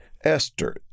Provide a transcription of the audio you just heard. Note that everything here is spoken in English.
Esther